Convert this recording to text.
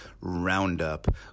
roundup